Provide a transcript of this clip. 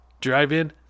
drive-in